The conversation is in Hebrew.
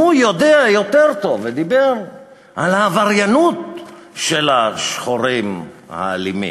הוא יודע יותר טוב ודיבר על העבריינות של השחורים האלימים.